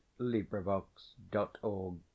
LibriVox.org